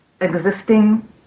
existing